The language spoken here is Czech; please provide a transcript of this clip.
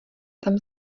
tam